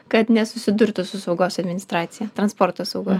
kad nesusidurtų su saugos administracija transporto saugos